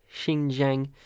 Xinjiang